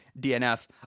DNF